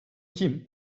kim